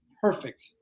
perfect